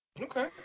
Okay